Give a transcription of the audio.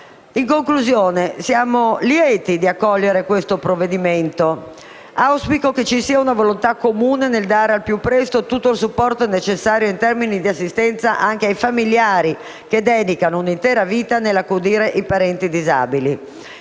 In conclusione, siamo lieti di accogliere questo provvedimento. Auspico che ci sia una volontà comune nel dare, al più presto, tutto il supporto necessario, in termini di assistenza, anche ai familiari che dedicano un'intera vita all'accudire i parenti disabili.